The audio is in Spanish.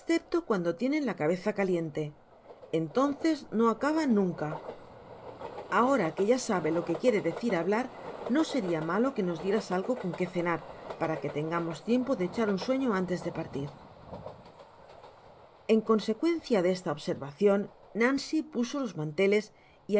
cuando tienen la cabeza caliente entonces no acaban nunca ahora que ya sabe lo que quiere decir hablar no seria malo que nos dieras algo con que cenar para que tengamos tiempo de echar un sueño antes de partir en consecuencia de esta observacion nancy puso los manteles